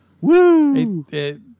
Woo